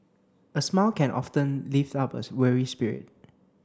a smile can often lift up a weary spirit